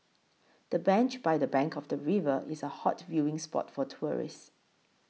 the bench by the bank of the river is a hot viewing spot for tourists